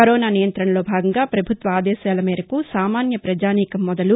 corona నియంత్రణలో భాగంగా ప్రభుత్వ ఆదేశాల మేరకు సామాన్య ప్రపజానీకం మొదలు